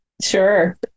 Sure